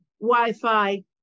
Wi-Fi